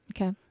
Okay